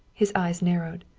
his eyes narrowed.